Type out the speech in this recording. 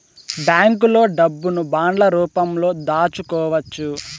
బ్యాంకులో డబ్బును బాండ్ల రూపంలో దాచుకోవచ్చు